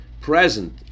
present